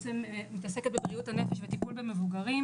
שמתעסקת בבריאות הנפש וטיפול במבוגרים,